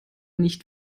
nicht